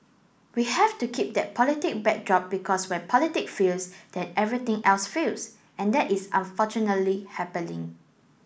we have to keep that politic backdrop because when politic fails then everything else fails and that is unfortunately happening